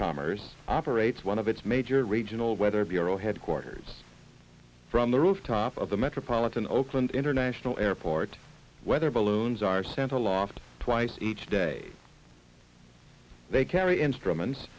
commerce operates one of its major regional weather bureau headquarters from the rooftop of the metropolitan oakland international airport weather balloons are sent aloft twice each day they carry instruments